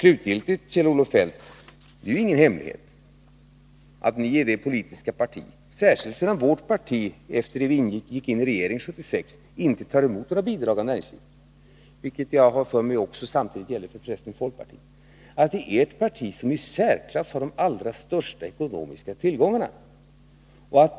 Slutligen, Kjell-Olof Feldt, är det ingen hemlighet att socialdemokraterna är det politiska parti, särskilt sedan vårt parti efter det vi gick in i regeringen 1976 inte tar emot några bidrag av näringslivet — vilket jag har för mig också gäller för folkpartiet — som har de i särklass största ekonomiska tillgångarna.